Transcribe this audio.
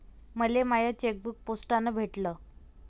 मले माय चेकबुक पोस्टानं भेटल